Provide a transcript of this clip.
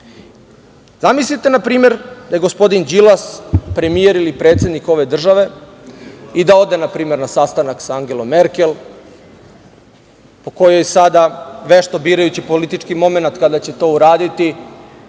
izborima. Zamislite, npr. da je gospodin Đilas premijer ili predsednik ove države i da ode npr. na sastanak sa Angelom Merkel, po kojoj sada vešto birajući politički momenat kada će to uraditi,